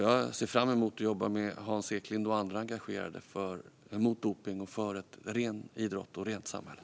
Jag ser fram emot att jobba med Hans Eklind och andra engagerade mot dopning och för en ren idrott och ett rent samhälle.